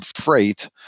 freight